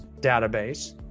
database